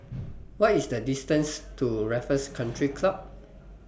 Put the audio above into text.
What IS The distance to Raffles Country Club